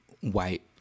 White